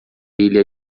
ilha